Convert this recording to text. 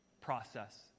process